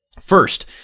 first